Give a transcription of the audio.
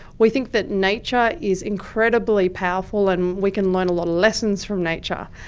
we think that nature is incredibly powerful and we can learn a lot of lessons from nature.